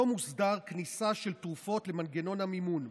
לא מוסדרת כניסה של תרופות למנגנון המימון.